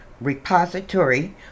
repository